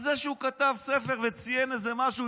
על זה שהוא כתב ספר וציין איזה משהו,